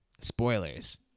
Spoilers